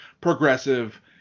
progressive